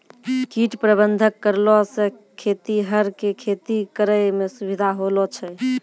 कीट प्रबंधक करलो से खेतीहर के खेती करै मे सुविधा होलो छै